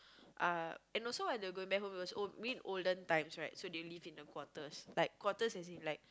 uh and also when they're going back home it was during olden times right so they live in the quarters like quarters as in like